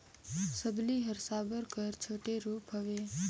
सबली हर साबर कर छोटे रूप हवे